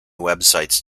websites